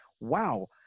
wow